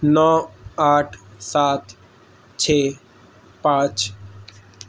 نو آٹھ سات چھ پانچ